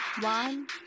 One